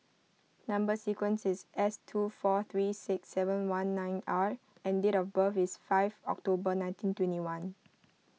Number Sequence is S two four three six seven one nine R and date of birth is five October nineteen twenty one